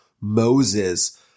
Moses